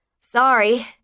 Sorry